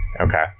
Okay